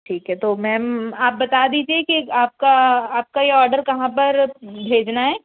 ठीक है तो मैम आप बता दीजिए कि आपका आपका ये औडर कहाँ पर भेजना है